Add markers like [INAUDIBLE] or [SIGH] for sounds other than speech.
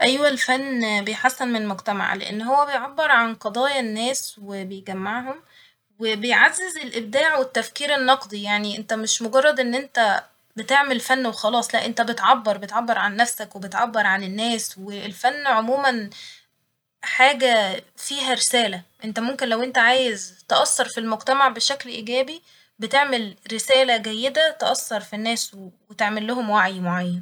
أيوه الفن [HESITATION] بيحسن من المجتمع لإن هو بيعبر عن قضايا الناس وبيجمعهم وبيعزز الإبداع والتفكير النقدي يعني انت مش مجرد إن انت بتعمل فن وخلاص لأ انت بتعبر ، بعتبر عن نفسك وبتعبر عن الناس ، والفن عموما حاجة [HESITATION] فيها رسالة انت ممكن لو انت عايز تأثر في المجتمع بشكل ايجابي بتعمل رسالة جيدة تأثر في الناس وتعملهم وعي معين